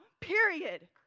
Period